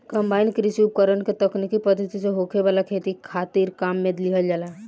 combine कृषि उपकरण के तकनीकी पद्धति से होखे वाला खेती खातिर काम में लिहल जाला